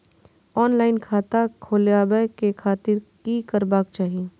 Online खाता खोलाबे के खातिर कि करबाक चाही?